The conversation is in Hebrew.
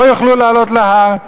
לא יוכלו לעלות להר.